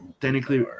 technically